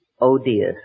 odious